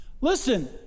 Listen